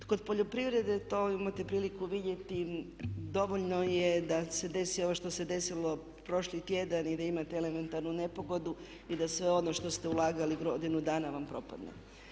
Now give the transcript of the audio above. Kod poljoprivrede to imate priliku vidjeti dovoljno je da se desi ovo što se je desilo prošli tjedan i da imate elementarnu nepogodu i da sve ono što ste ulagali godinu dana vam propadne.